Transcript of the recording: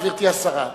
גברתי השרה,